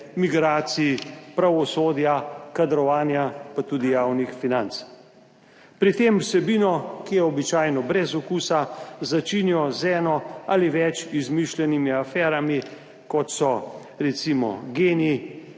migracij, pravosodja, kadrovanja pa tudi javnih financ. Pri tem vsebino, ki je običajno brez okusa, začinijo z eno ali več izmišljenimi aferami, kot so recimo GEN-I,